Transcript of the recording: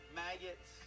maggots